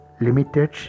limited